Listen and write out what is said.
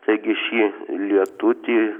taigi šį lietutį